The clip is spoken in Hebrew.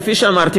כפי שאמרתי,